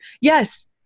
Yes